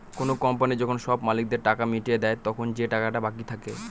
কোনো কোম্পানি যখন সব মালিকদের টাকা মিটিয়ে দেয়, তখন যে টাকাটা বাকি থাকে